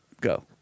Go